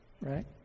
right